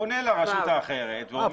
הוא פונה לרשות האחרת ואומר --- אה,